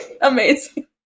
Amazing